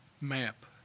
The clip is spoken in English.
map